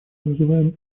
называем